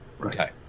Okay